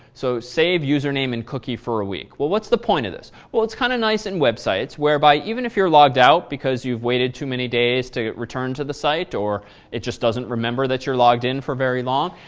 so save username and cookie for a week. well, what's the point of this? well, it's kind of nice in websites whereby even if you're logged out because you've waited too many days to return to the site or it just doesn't remember that you're logged in for very long.